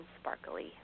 sparkly